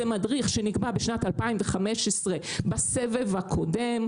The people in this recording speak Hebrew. זה מדריך שנקבע בשנת 2015 בסבב הקודם,